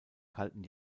kalten